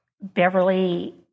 Beverly